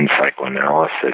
psychoanalysis